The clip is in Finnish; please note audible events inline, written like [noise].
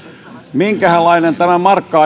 minkähänlainen tämä markka [unintelligible]